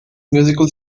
musical